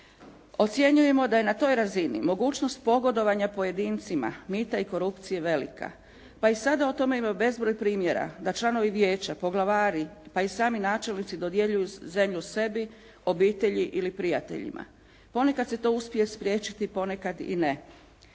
Ocjenjujemo da je na toj razini mogućnost pogodovanja pojedincima, mita i korupcije velika. Pa i sada o tome ima bezbroj primjera da članovi Vijeća, poglavari pa i sami načelnici dodjeljuju zemlju sebi, obitelji ili prijateljima. Ponekad se to uspije spriječiti, ponekad i ne.